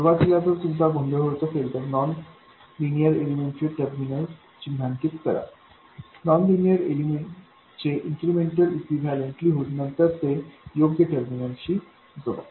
सुरुवातीला जर तुमचा गोंधळ होत असेल तर नॉन लिनीयर एलिमेंट चे टर्मिनल चिन्हांकित करा नॉन लिनीयर एलिमेंटचे इन्क्रिमेंटल इक्विवैलन्ट लिहून नंतर ते योग्य टर्मिनल शी जोडा